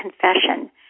confession